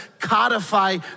codify